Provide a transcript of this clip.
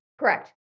Correct